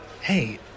Hey